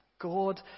God